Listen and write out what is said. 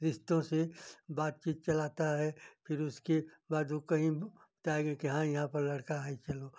रिश्तों से बातचीत चलाता है फिर उसके बाजू कहीं जाकर कि हाँ यहाँ पर लड़का है चलो